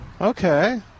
Okay